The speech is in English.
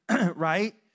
right